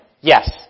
Yes